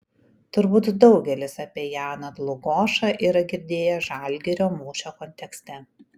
turbūt daugelis apie janą dlugošą yra girdėję žalgirio mūšio kontekste